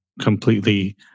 completely